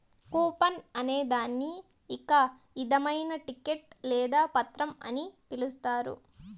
coupon అనే దాన్ని ఒక ఇధమైన టికెట్ లేదా పత్రం అని పిలుత్తారు